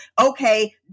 okay